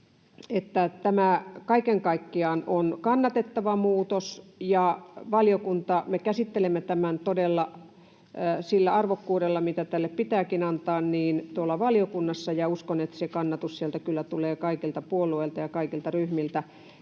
tämä kaiken kaikkiaan on kannatettava muutos, ja me käsittelemme tämän tuolla valiokunnassa todella sillä arvokkuudella, mitä tälle pitääkin antaa, ja uskon, että se kannatus sieltä kyllä tulee kaikilta puolueilta ja kaikilta ryhmiltä.